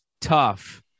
tough